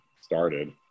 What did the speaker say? started